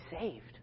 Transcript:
saved